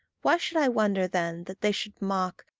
why should i wonder then that they should mock,